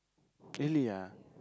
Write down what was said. really ah